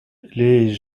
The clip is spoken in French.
les